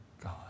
God